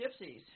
Gypsies